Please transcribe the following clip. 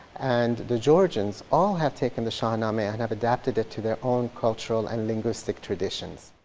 and the georgians, all have taken the shahnameh and have adapted it to their own cultural and linguistic traditions.